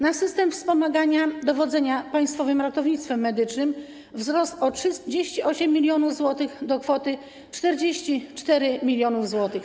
Na system wspomagania dowodzenia Państwowym Ratownictwem Medycznym - wzrost o 38 mln zł do kwoty 44 mln zł.